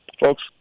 Folks